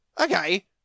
okay